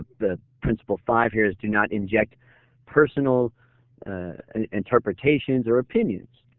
the principle five here do not inject personal interpretations or opinions.